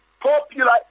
popular